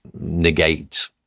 negate